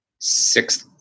sixth